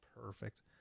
Perfect